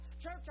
Church